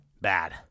bad